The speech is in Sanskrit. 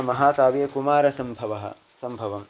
महाकाव्यं कुमारसम्भवं सम्भवम्